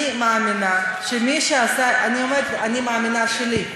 אני מאמינה, אני מאמינה, אני, באמונה שלי,